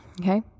Okay